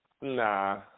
Nah